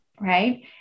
Right